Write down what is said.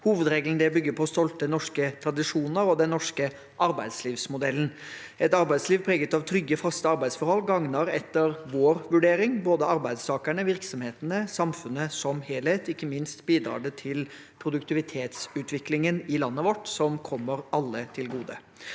hovedre gelen. Det bygger på stolte norske tradisjoner og den norske arbeidslivsmodellen. Et arbeidsliv preget av trygge, faste arbeidsforhold gagner etter vår vurdering både arbeidstakerne, virksomhetene og samfunnet som helhet, og ikke minst bidrar det til produktivitetsutviklingen i landet vårt, som kommer alle til gode.